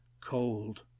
cold